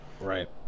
Right